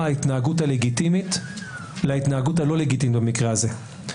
ההתנהגות הלגיטימית להתנהגות הלא לגיטימית במקרה הזה.